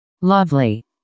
Lovely